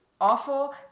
awful